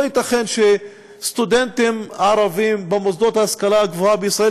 לא ייתכן שסטודנטים ערבים במוסדות להשכלה גבוהה בישראל,